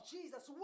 Jesus